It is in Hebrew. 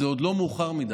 זה עוד לא מאוחר מדי.